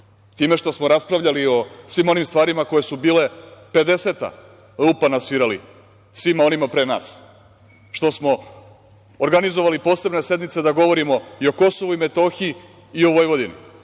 time što smo raspravljali o svim onim stvarima koje su bile 50. rupa na svirali svima onima pre nas, što smo organizovali posebne sednice da govorimo i o Kosovu i Metohiji i o Vojvodini,